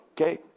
Okay